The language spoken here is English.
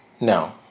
No